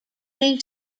new